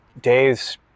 days